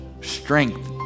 strength